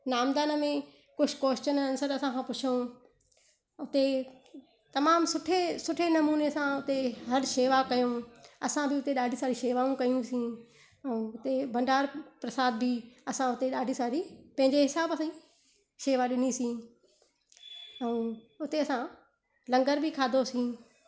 नामदान में कुझु question answer असांखां पुछऊं ऐं हुते तमामु सुठे सुठे नमूने असां हुते हर शेवा कयूं असां बि हुते ॾाढी सारी शेवाऊं कयूंसीं अऊं हुते भंडारो प्रसाद बि असां हुते ॾाढी सारी पंहिंजे हिसाब सां ई शेवा ॾिनी सी ऐं हुते असां लंगर बि खाधियोसीं